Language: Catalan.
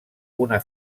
una